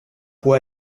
può